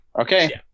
okay